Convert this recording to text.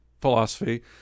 philosophy